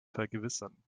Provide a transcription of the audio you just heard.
vergewissern